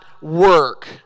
work